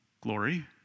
glory